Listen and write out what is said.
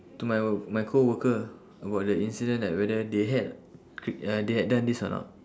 to my my coworker about the incident like whether they had they had done this or not